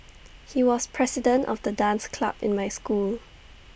he was the president of the dance club in my school